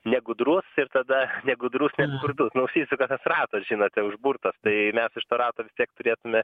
negudrus ir tada negudrus ir skurdus nu užsisuka tas ratas žinote užburtas tai mes iš to rato vis tiek turėtume